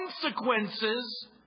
consequences